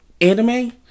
anime